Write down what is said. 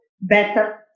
better